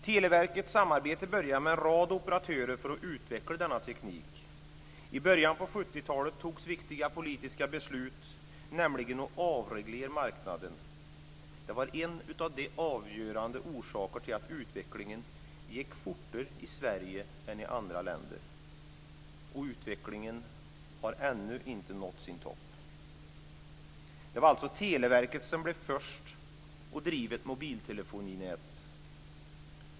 Televerket samarbetade i början med en rad operatörer för att utveckla denna teknik. I början av 70 talet fattades viktiga politiska beslut, nämligen att avreglera marknaden. Det var en av de avgörande orsakerna till att utvecklingen gick fortare i Sverige än i andra länder. Och utvecklingen har ännu inte nått sin topp. Det var alltså Televerket som blev först att driva ett mobiltelefoninät.